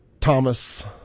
Thomas